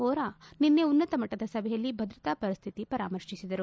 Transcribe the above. ವೋರಾ ನಿನ್ನೆ ಉನ್ನತಮಟ್ಟದ ಸಭೆಯಲ್ಲಿ ಭದ್ರತಾ ವರಿಸ್ಲಿತಿ ಪರಾಮರ್ಶಿಸಿದರು